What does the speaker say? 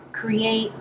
create